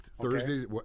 Thursday